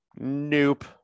Nope